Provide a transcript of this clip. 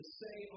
say